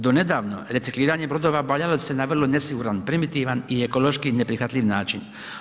Do nedavno, recikliranje brodova obavljalo se na vrlo nesiguran, primitivan i ekološki neprihvatljiv način.